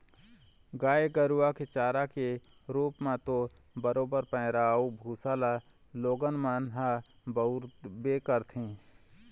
गाय गरुवा के चारा के रुप म तो बरोबर पैरा अउ भुसा ल लोगन मन ह बउरबे करथे